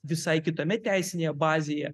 visai kitame teisinėje bazėje